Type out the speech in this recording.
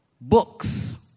books